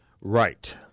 Right